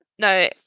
No